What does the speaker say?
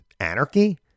anarchy